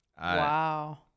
Wow